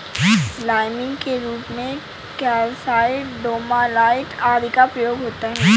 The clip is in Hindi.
लाइमिंग के रूप में कैल्साइट, डोमालाइट आदि का प्रयोग होता है